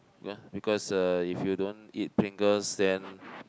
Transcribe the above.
ya because uh if you don't eat Pringles then